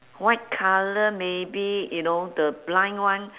white colour maybe you know the blind one